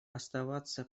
оставаться